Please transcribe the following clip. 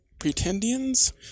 pretendians